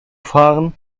fahren